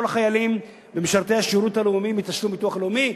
החיילים ומשרתי השירות הלאומי מתשלום ביטוח לאומי,